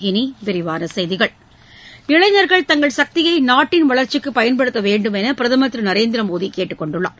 இனி விரிவான செய்திகள் இளைஞர்கள் தங்கள் சக்தியை நாட்டின் வளர்ச்சிக்கு பயன்படுத்த வேண்டும் என்று பிரதமர் திரு நரேந்திரமோடி கேட்டுக் கொண்டுள்ளார்